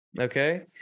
okay